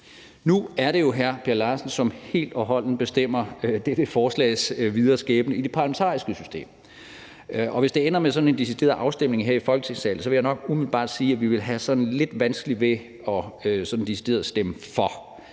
Nu er det jo hr. Per Larsen, som helt og holdent bestemmer dette forslags videre skæbne i det parlamentariske system. Og hvis det ender med sådan en decideret afstemning her i Folketingssalen, vil jeg nok umiddelbart sige, at vi vil have lidt vanskeligt ved at stemme for.